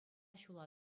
ҫула